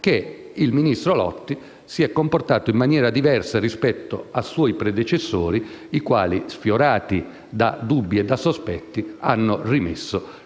che il ministro Lotti si è comportato in maniera diversa dai suoi predecessori, i quali, sfiorati da dubbi e sospetti, hanno rimesso